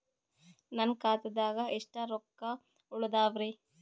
ನನ್ನ ಖಾತಾದಾಗ ಎಷ್ಟ ರೊಕ್ಕ ಉಳದಾವರಿ?